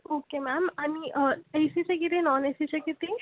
okay ma'am आणि ए सीचे किती नॉन ए सीचे किती